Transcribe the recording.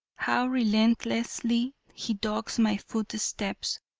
how relentlessly he dogs my footsteps.